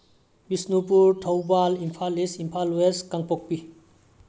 Bishnupur Thoubal Imphal east Imphal west Kangpokpi